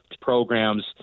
programs –